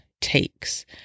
takes